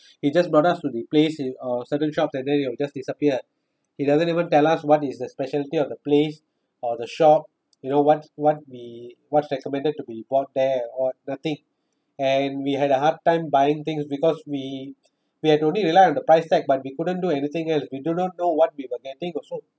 he just brought us to the place in or certain shop and then he will just disappear he doesn't even tell us what is the specialty of the place or the shop you know what what we what's to be bought there and all nothing and we had a hard time buying things because we we had only rely on the price tag but we couldn't do anything else we do not know what we were getting also